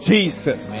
Jesus